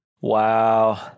wow